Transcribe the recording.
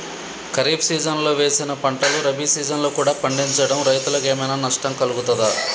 ఖరీఫ్ సీజన్లో వేసిన పంటలు రబీ సీజన్లో కూడా పండించడం రైతులకు ఏమైనా నష్టం కలుగుతదా?